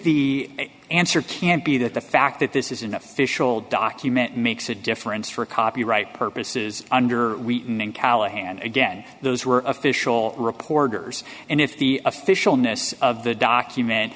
the answer can be that the fact that this is an official document makes a difference for copyright purposes under wheaton and callahan again those were official reporters and if the official notice of the document